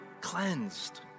cleansed